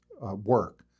work